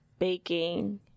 baking